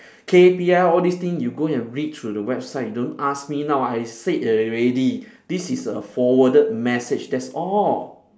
K_P_I all these things you go and read through the website don't ask me now I said already this is a forwarded message that's all